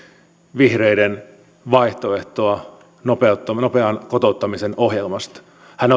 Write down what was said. vihreiden vaihtoehtoa nopean kotouttamisen ohjelmasta hän